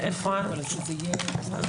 כאן את נוסח הסעיף והוספנו את סעיפים